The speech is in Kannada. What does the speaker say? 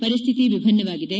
ಪರಿಸ್ತಿತಿ ವಿಭಿನ್ನವಾಗಿದೆ